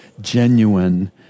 genuine